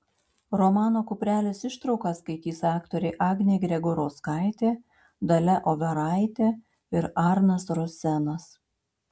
romano kuprelis ištrauką skaitys aktoriai agnė gregorauskaitė dalia overaitė ir arnas rosenas